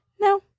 No